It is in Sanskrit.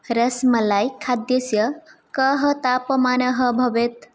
रस्मलाय् खाद्यस्य कः तापमानः भवेत्